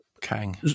Kang